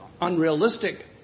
unrealistic